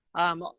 um, ah,